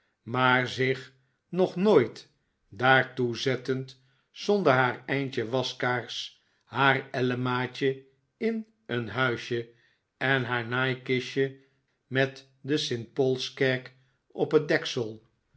maar zich nog nooit daartoe zettend zonder haar eindje waskaars ha r ellemaatje in een huisje en haar naaikistje met de st paulskerk op het deksel